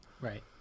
right